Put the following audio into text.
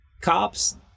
cops